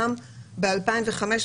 גם ב-2005,